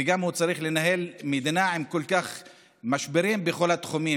וגם הוא צריך לנהל מדינה עם כל כך הרבה משברים בכל התחומים.